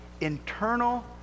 internal